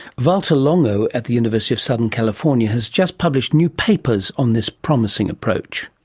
valter longo at the university of southern california has just published new papers on this promising approach.